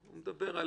הוא מדבר על